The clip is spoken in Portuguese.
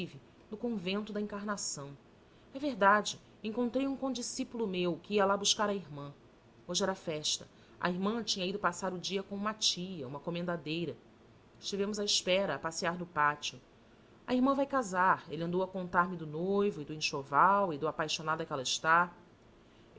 no convento da encarnação é verdade encontrei um condiscípulo meu que ia lá buscar a irmã hoje era festa a irmã tinha ido passar o dia com uma tia uma comendadeira estivermos à espera a passear no pátio a irmã vai casar ele andou a contar-me do noivo e do enxoval e do apaixonada que ela está